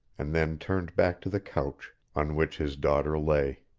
and then turned back to the couch on which his daughter lay.